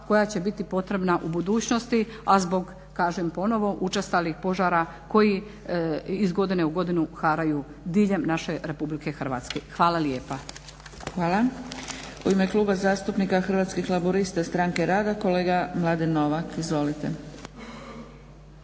koja će biti potrebna u budućnosti, a zbog kažem ponovno učestalih požara koji iz godine u godinu haraju diljem naše RH. Hvala lijepa. **Zgrebec, Dragica (SDP)** Hvala. U ime Kluba zastupnika Hrvatskih laburista Stranke rada kolega Mladen Novak. Izvolite.